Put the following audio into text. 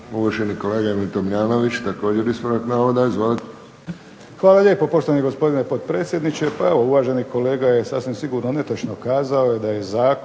Uvaženi kolega Emil Tomljanović, također ispravak navoda. Izvolite. **Tomljanović, Emil (HDZ)** Hvala lijepo poštovani gospodine potpredsjedniče. Pa evo uvaženi kolega je sasvim sigurno netočno kazao da je zakon